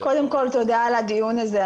תודה על הדיון הזה.